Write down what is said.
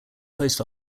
post